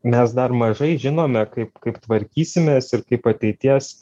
mes dar mažai žinome kaip kaip tvarkysimės ir kaip ateities